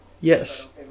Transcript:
Yes